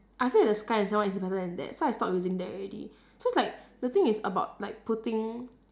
I feel the sky and sand one is better than that so I stop using that already so it's like the thing is about like putting